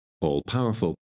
all-powerful